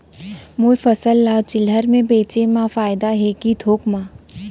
मोर फसल ल चिल्हर में बेचे म फायदा है के थोक म?